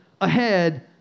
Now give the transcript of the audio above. ahead